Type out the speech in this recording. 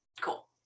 Cool